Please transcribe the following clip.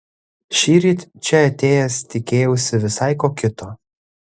šįryt čia atėjęs tikėjausi visai ko kito